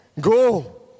Go